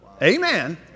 Amen